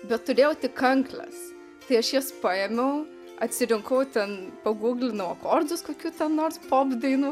bet turėjau tik kankles tai aš jas paėmiau atsirinkau ten paguglinau akordus kokių ten nors pop dainų